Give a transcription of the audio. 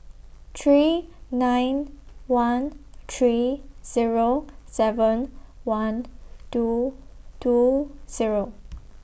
three nine one three Zero seven one two two Zero